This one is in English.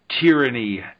Tyranny